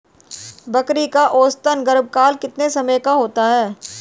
बकरी का औसतन गर्भकाल कितने समय का होता है?